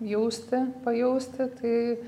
jausti pajausti tai